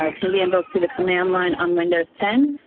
um can be invoked through the command line on windows ten,